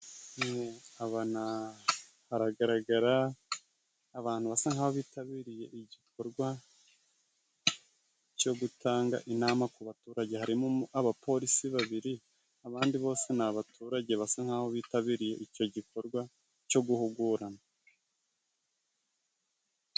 Haragaragara abantu basa nk'aho bitabiriye iki igikorwa cyo gutanga inama ku baturage. Harimo abapolisi babiri abandi bose ni abaturage basa nk'aho bitabiriye icyo gikorwa cyo guhugurana.